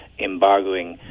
embargoing